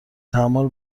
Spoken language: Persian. تحمل